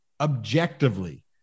objectively